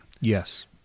Yes